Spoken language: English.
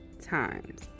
times